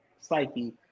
psyche